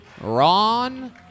Ron